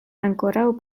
ankoraŭ